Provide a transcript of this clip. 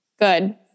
good